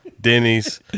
Denny's